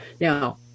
Now